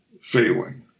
failing